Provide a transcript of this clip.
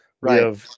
right